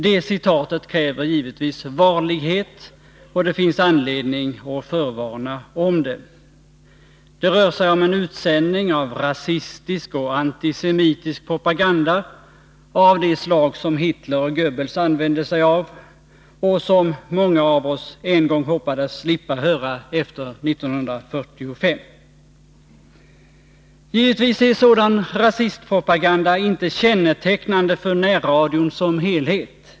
Det citatet kräver givetvis varlighet, och det finns anledning att förvarna om det: Det rör sig om en utsändning av rasistisk och antisemitisk propaganda av det slag som Hitler och Goebbels bedrev och som många av oss en gång hoppades slippa höra efter 1945. Givetvis är sådan rasistpropaganda inte kännetecknande för närradion som helhet.